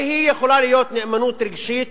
הרי היא יכולה להיות נאמנות רגשית,